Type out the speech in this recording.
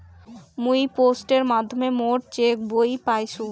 মুই পোস্টের মাধ্যমে মোর চেক বই পাইসু